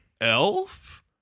Elf